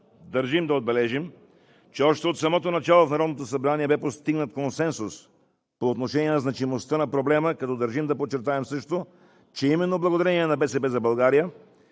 държим да отбележим, че още от самото начало в Народното събрание бе постигнат консенсус по отношение на значимостта на проблема, като държим да подчертаем, че именно благодарение на „БСП за България“